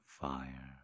fire